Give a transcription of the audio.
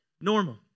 normal